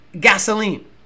gasoline